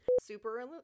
Super